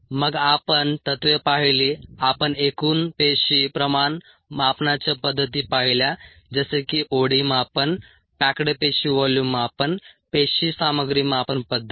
मग आपण तत्त्वे पाहिली आपण एकूण पेशी प्रमाण मापनाच्या पद्धती पाहिल्या जसे की ओडी मापन पॅक्ड पेशी व्हॉल्यूम मापन पेशी सामग्री मापन पद्धत